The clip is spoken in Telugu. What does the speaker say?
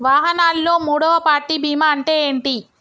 వాహనాల్లో మూడవ పార్టీ బీమా అంటే ఏంటి?